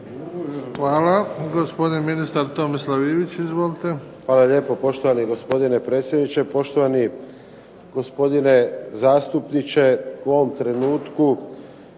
Hvala. Gospodin ministar Tomislav Ivić. Izvolite. **Ivić, Tomislav (HDZ)** Hvala lijepo poštovani gospodine predsjedniče, poštovani gospodine zastupniče. U ovom trenutku